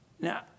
Now